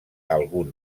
algun